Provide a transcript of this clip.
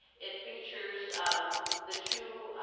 it features the two